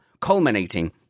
culminating